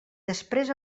després